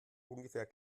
ungefähr